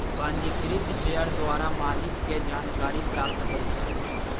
पंजीकृत शेयर द्वारा मालिक के जानकारी प्राप्त होइ छइ